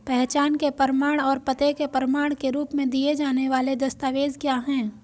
पहचान के प्रमाण और पते के प्रमाण के रूप में दिए जाने वाले दस्तावेज क्या हैं?